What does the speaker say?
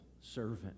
servant